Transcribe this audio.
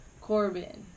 Corbin